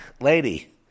lady